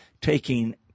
taking